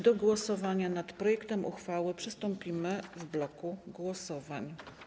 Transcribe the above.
Do głosowania nad projektem uchwały przystąpimy w bloku głosowań.